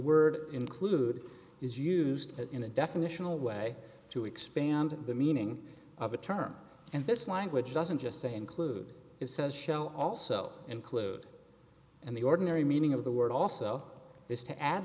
word include is used in a definitional way to expand the meaning of a term and this language doesn't just say include it says show also include and the ordinary meaning of the word also is to add